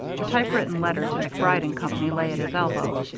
the typewritten letter to macbride and company lay at his elbow.